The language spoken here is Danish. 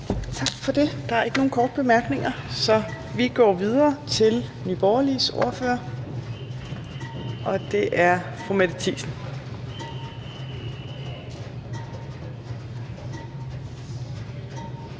Tak for det. Der er ikke nogen korte bemærkninger, så vi går videre til Nye Borgerliges ordfører, og det er fru Mette Thiesen.